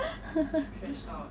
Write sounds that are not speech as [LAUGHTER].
[LAUGHS]